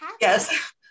Yes